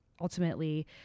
ultimately